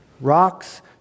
Rocks